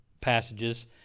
passages